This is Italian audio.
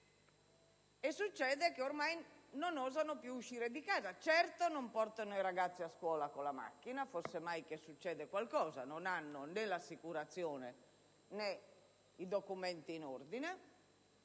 queste persone non osano più uscire di casa: certo non portano i ragazzi a scuola con la macchina, fosse mai che succeda qualcosa, perché non hanno né l'assicurazione né i documenti in ordine;